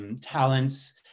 talents